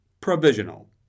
provisional